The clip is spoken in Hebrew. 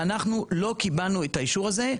ואנחנו לא קיבלנו את האישור הזה.